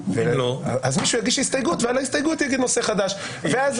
אז מישהו יגיש הסתייגות ועליה יגיד נושא חדש ואז